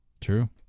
True